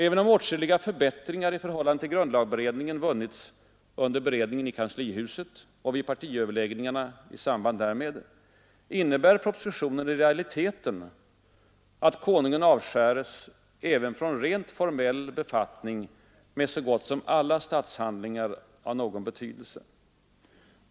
Även om åtskilliga förbättringar i förhållande till grundlagberedningen vunnits under beredningen i kanslihuset och vid partiöverlägg Nr 110 ningarna i samband därmed, innebär propositionen i realiteten, att Tisdagen den konungen avskäres även från rent formell befattning med så gott som alla 5 juni 1973 statshandlingar av någon betydelse.